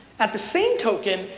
at the same token,